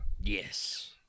Yes